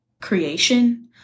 creation